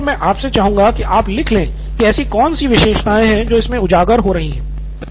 इस स्तर पर मैं आपसे चाहूँगा की आप लिख ले कि ऐसी कौन सी विशेषताएँ हैं जो इसमे से उजागर हो रही है